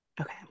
Okay